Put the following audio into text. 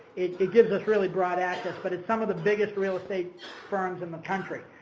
it gives us really broad access, but it's some of the biggest real estate firms in the country.